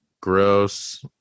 gross